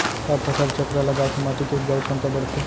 का फसल चक्र लगाय से माटी के उपजाऊ क्षमता बढ़थे?